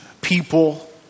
people